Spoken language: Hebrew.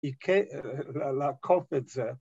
‫היא כאלה, קופצה.